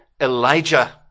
Elijah